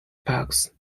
parks